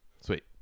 Sweet